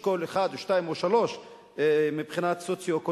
באשכול 1 או 2 או 3 מבחינה סוציו-אקונומית,